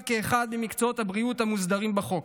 כאחד ממקצועות הבריאות המוסדרים בחוק.